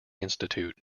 institute